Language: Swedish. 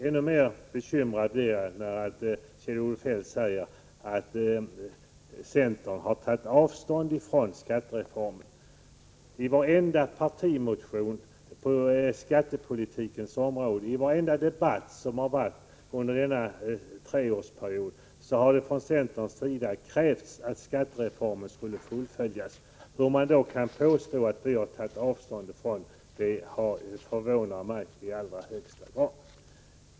Ännu mer bekymrad blir jag när Kjell-Olof Feldt säger att centern har tagit avstånd från skattereformen. I varenda partimotion på skattepolitikens område, i varenda debatt som har förts under den gångna treårsperioden, har det från centerns sida krävts att skattereformen skulle fullföljas. Hur man mot den bakgrunden kan påstå att vi har tagit avstånd från den förvånar mig i allra högsta grad.